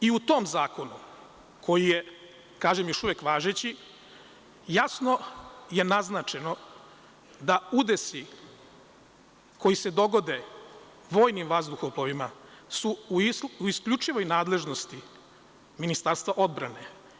I u tom zakonu, koji je, kažem, još uvek važeći, jasno je naznačeno da su udesi koji se dogode vojnim vazduhoplovima u isključivoj nadležnosti Ministarstva odbrane.